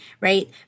right